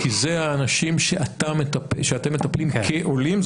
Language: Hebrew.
כי אלה האנשים שאתם מטפלים כעולים,